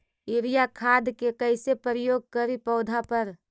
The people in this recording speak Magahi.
यूरिया खाद के कैसे प्रयोग करि पौधा पर?